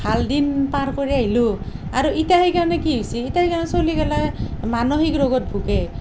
ভাল দিন পাৰ কৰি আহিলোঁ আৰু ইটা সেইকাৰণে কি হৈছে এতিয়া সেইকাৰণে চলি গিলাগ মানসিক ৰোগত ভোগে